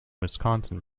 wisconsin